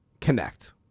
connect